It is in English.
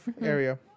area